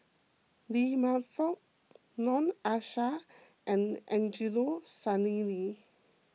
Lee Man Fong Noor Aishah and Angelo Sanelli